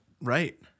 Right